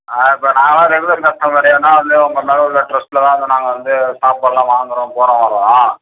ஆ இப்போ நாங்கள்லாம் regular customer அதனால் வந்து உங்கள் மேலே உள்ள ட்ரஸ்ட்டில் தான் நாங்கள் வந்து சாப்பாடுலாம் வாங்குகிறோம் போகிறோம் வர்றோம்